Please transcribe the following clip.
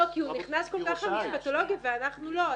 לא, כי הוא נכנס כל כך למשפטולוגיה, ואנחנו לא.